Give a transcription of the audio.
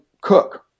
cook